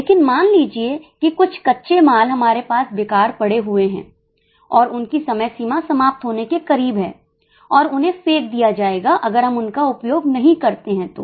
लेकिन मान लीजिए कि कुछ कच्चे माल हमारे पास बेकार पड़े हुए हैं और उनकी समय सीमा समाप्त होने के करीब हैं और उन्हें फेंक दिया जाएगा अगर हम उनका उपयोग नहीं करते हैं तो